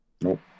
Nope